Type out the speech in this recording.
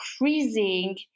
increasing